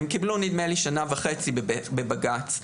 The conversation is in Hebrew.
הם קיבלו שנה וחצי בבג"ץ.